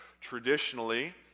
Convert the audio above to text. Traditionally